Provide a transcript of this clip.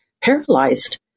paralyzed